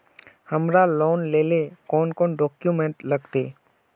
हमरा लोन लेले कौन कौन डॉक्यूमेंट लगते?